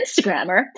Instagrammer